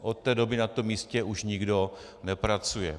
Od té doby na tom místě už nikdo nepracuje.